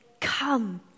come